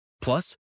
Plus